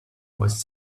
was